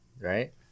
right